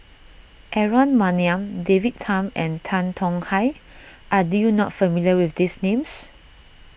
Aaron Maniam David Tham and Tan Tong Hye are you not familiar with these names